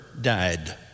died